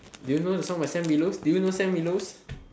do you know the song my Sam Willows do you know Sam Willows